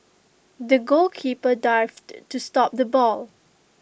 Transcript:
the goalkeeper dived to stop the ball